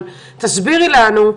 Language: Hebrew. אבל תסבירי לנו.